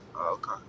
Okay